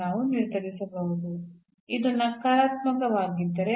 ನಾವು ಈ ಅನ್ನು ಧನಾತ್ಮಕ ವೆಂದು ಹೊಂದಿದ್ದೇವೆ ಈ ಪರಿಸ್ಥಿತಿಯಲ್ಲಿ ಋಣಾತ್ಮಕವಾಗಿರುತ್ತದೆ